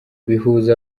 bihuza